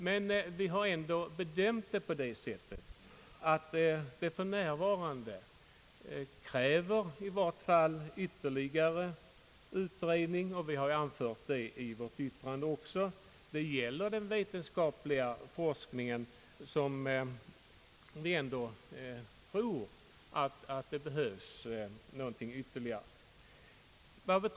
Men vi har ändå bedömt det på det sättet att i vart fall för närvarande krävs ytterligare utredning — det har vi också anfört i vårt yttrande. Det gäller den vetenskapliga forskningen, där vi tror att det behöver göras något ytterligare.